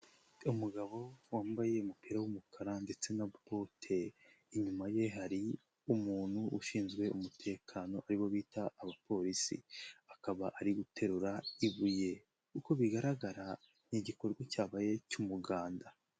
Umugabo wambaye umupira w'umukara ndetse na bote, inyuma ye hari umuntu ushinzwe umutekano ari bo bita abapolisi, akaba ari guterura ibuye uko bigaragara ni igikorwa cyabaye cy'umuganda.